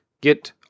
get